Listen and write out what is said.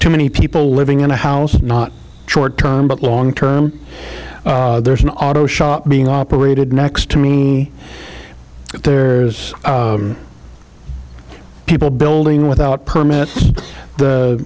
too many people living in a house not short term but long term there's an auto shop being operated next to me there's people building without permit the